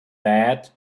that